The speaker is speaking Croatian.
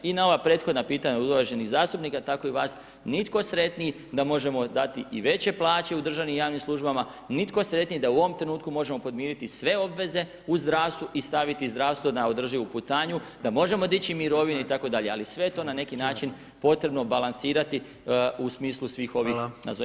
I na ova prethodna pitanja od uvaženih zastupnika tako i vas nitko sretniji da možemo dati i veće plaće u državnim i javnim službama, nitko sretniji da u ovom trenutku možemo podmiriti sve obveze u zdravstvu i staviti zdravstvo na održivu putanju, a možemo dići mirovine itd., ali sve je to na neki način potrebno balansirati u smislu svih ovih [[Upadica: Hvala.]] nazovimo tako ograničenja.